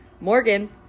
Morgan